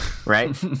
Right